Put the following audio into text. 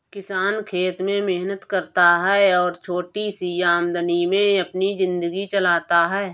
किसान खेत में मेहनत करता है और छोटी सी आमदनी में अपनी जिंदगी चलाता है